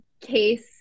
case